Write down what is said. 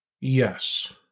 Yes